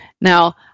Now